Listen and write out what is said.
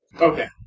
Okay